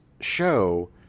show